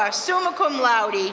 ah summa cum laude,